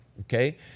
Okay